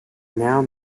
now